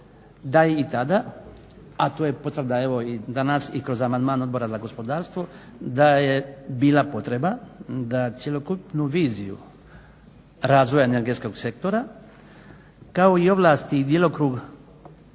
da i tada, a to je potvrda evo i danas i kroz amandman Odbora za gospodarstvo da je bila potreba da cjelokupnu viziju razvoja energetskog sektora kao i ovlasti i djelokrug